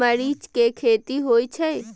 मरीच के खेती होय छय?